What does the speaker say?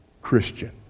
Christian